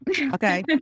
Okay